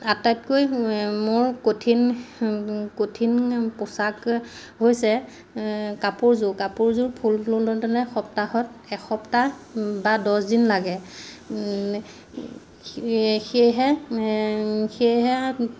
আটাইতকৈ মোৰ কঠিন কঠিন পোছাক হৈছে কাপোৰযোৰ কাপোৰযোৰ ফুল তুলতেনে সপ্তাহত এসপ্তাহ বা দহদিন লাগে সেয়েহে সেয়েহে